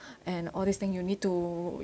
and all this thing you need to